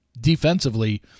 defensively